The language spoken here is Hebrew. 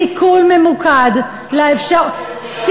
סיכול ממוקד, הר-חומה זה בירושלים.